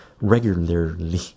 regularly